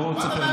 בוא, ספר לי.